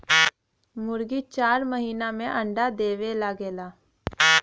मुरगी चार महिना में अंडा देवे लगेले